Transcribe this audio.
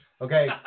Okay